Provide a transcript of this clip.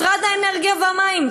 משרד האנרגיה והמים,